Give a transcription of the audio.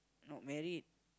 not married